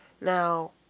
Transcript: Now